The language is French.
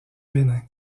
bénin